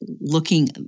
looking